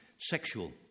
sexual